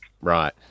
Right